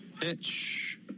Pitch